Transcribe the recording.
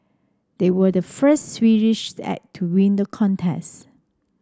they were the first Swedish act to win the contest